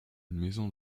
maison